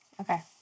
Okay